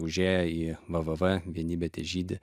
užėję į va va va vienybė težydi